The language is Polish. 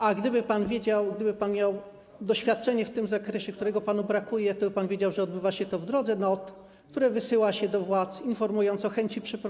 A gdyby pan wiedział, gdyby pan miał doświadczenie w tym zakresie, którego panu brakuje, toby pan wiedział, że odbywa się to w drodze not, które wysyła się do władz, informując o chęci przeprowadzenia wyborów.